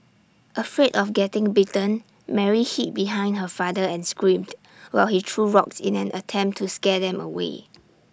afraid of getting bitten Mary hid behind her father and screamed while he threw rocks in an attempt to scare them away